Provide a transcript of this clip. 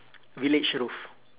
village roof